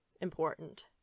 important